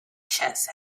chest